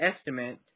estimate